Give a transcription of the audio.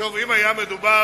שוב, אם היה מדובר